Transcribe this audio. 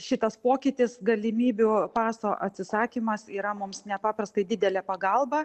šitas pokytis galimybių paso atsisakymas yra mums nepaprastai didelė pagalba